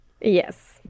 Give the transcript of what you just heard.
Yes